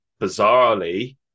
bizarrely